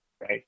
Right